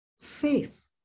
faith